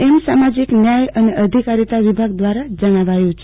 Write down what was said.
એમ સમાજિક ન્યાય અધીકારીનાં વિભાગ દ્વારા જણાવાયું છે